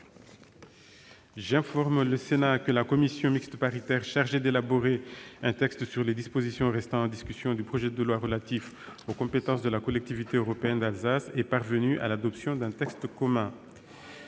J'informe le Sénat que la commission mixte paritaire chargée d'élaborer un texte sur les dispositions restant en discussion du projet de loi relatif aux compétences de la collectivité européenne d'Alsace est parvenue à l'adoption d'un texte commun.